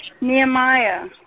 Nehemiah